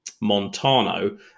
Montano